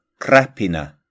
Krapina